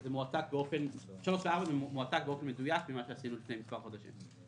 זה מועתק באופן מדויק ממה שעשינו לפני מספר חודשים.